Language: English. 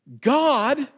God